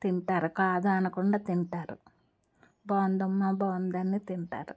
తింటారు కాదు అనకుండా తింటారు బాగుందమ్మా బాగుంది అని తింటారు